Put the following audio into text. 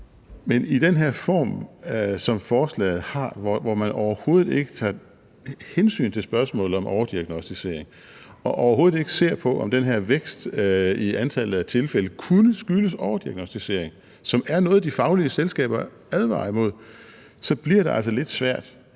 Men med den form, som forslaget har, hvor man overhovedet ikke tager hensyn til spørgsmålet om overdiagnosticering og overhovedet ikke ser på, om den her vækst i antallet af tilfælde kunne skyldes overdiagnosticering, som er noget, de faglige selskaber advarer imod, så bliver det altså lidt svært